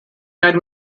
night